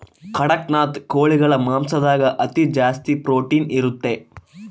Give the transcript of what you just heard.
ಕಡಖ್ನಾಥ್ ಕೋಳಿಗಳ ಮಾಂಸದಾಗ ಅತಿ ಜಾಸ್ತಿ ಪ್ರೊಟೀನ್ ಇರುತ್ತೆ